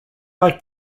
like